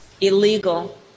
illegal